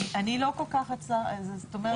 אני לא כל כך יש שם פרשנות.